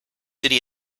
city